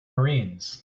marines